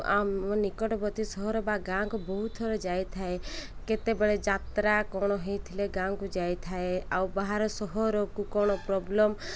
ମୁଁ ମୋ ନିକଟବର୍ତ୍ତୀ ସହର ବା ଗାଁକୁ ବହୁତ ଥର ଯାଇଥାଏ କେତେବେଳେ ଯାତ୍ରା କ'ଣ ହେଇଥିଲେ ଗାଁକୁ ଯାଇଥାଏ ଆଉ ବାହାର ସହରକୁ କ'ଣ ପ୍ରୋବ୍ଲେମ୍